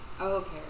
okay